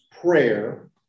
prayer